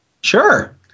Sure